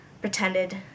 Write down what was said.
pretended